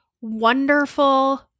Wonderful